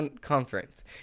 Conference